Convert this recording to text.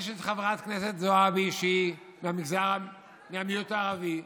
יש את חברת הכנסת זועבי, שהיא מהמיעוט הערבי,